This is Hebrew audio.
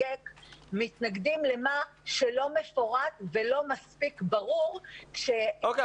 מתנגדים למה שלא מפורט ולא מספיק ברור כש --- אוקיי,